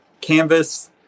canvas